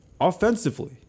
Offensively